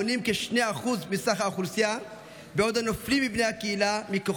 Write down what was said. מובילים ובתפקידים שונים בצבא ובמערכת הביטחון,